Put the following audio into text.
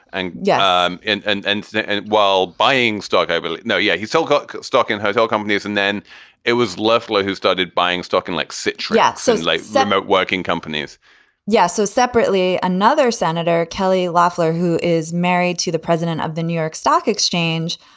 and. yeah, and and and and while buying stock. i but like know. yeah. he still got stock in hotel companies. and then it was leflore who started buying stock in like citrix since late summer. working companies yeah. so separately, another senator, kelly loffler, who is married to the president of the new york stock exchange,